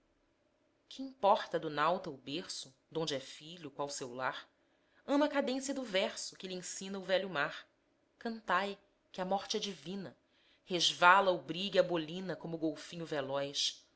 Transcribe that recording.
que importa do nauta o berço donde é filho qual seu lar ama a cadência do verso que lhe ensina o velho mar cantai que a morte é divina resvala o brigue à bolina como golfinho veloz